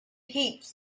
heaps